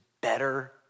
better